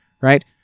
right